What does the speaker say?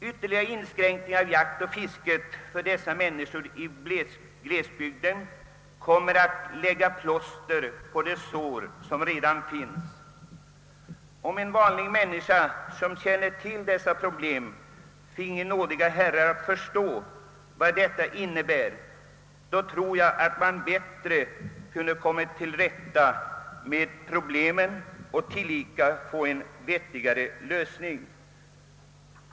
Ytterligare inskränkningar av jaktoch fiskerätten för människorna i glesbygden kommer att strö salt i de sår som redan finns. Om en vanlig människa som känner till dessa problem finge nådiga herrar att förstå vad detta innebär, tror jag att man bättre hade kunnat komma till rätta med svårigheterna och tillika hade kunnat få en vettigare lösning.